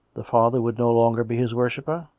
the father would no longer be his worshipper?